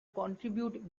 contribute